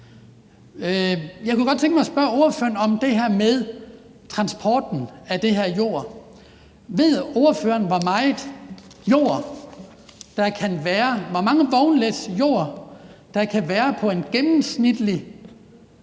Jeg kunne godt tænke mig at spørge ordføreren om det her med transporten af den her jord. Ved ordføreren, hvor mange vognlæs jord der kan være på et gennemsnitligt